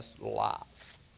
life